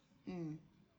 mm